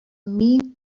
mean